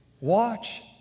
Watch